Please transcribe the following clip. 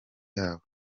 yabo